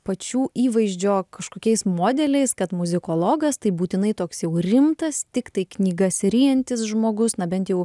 pačių įvaizdžio kažkokiais modeliais kad muzikologas tai būtinai toks jau rimtas tiktai knygas ryjantis žmogus na bent jau